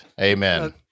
Amen